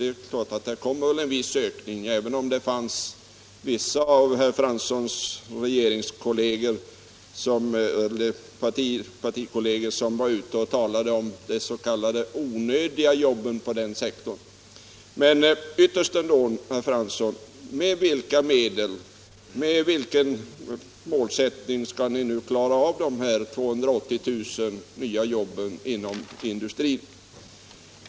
Det är klart att det kommer att bli en viss ökning där, men jag vill i det sammanhanget påminna om att vissa av herr Franssons partikolleger tidigare varit ute och talat om de s.k. onödiga jobben inom den sektorn. Jag vill emellertid återkomma till vad det här ytterst gäller, och jag upprepar min fråga: Med vilka medel och med vilken målsättning skall ni klara av att uppnå de här 280 000 nya jobben inom industrin?